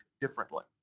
differently